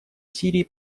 сирии